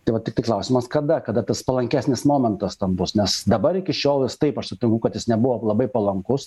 tai va tiktai klausimas kada kada tas palankesnis momentas tam bus nes dabar iki šiol taip aš sutinku kad jis nebuvo labai palankus